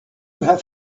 have